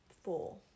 four